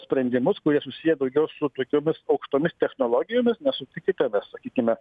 sprendimus kurie susiję daugiau su tokiomis aukštomis technologijomis na sutikime mes sakykime